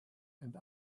and